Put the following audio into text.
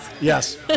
Yes